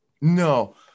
No